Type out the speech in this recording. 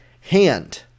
hand